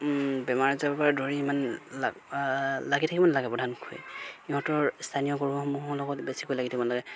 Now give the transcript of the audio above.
বেমাৰ আজাৰৰপৰা ধৰি ইমান লাগ লাগি থাকিব নালাগে প্ৰধানকৈ ইহঁতৰ স্থানীয় গৰুসমূহৰ লগত বেছিকৈ লাগি থাকিব নালাগে